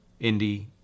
indie